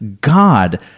God